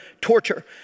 torture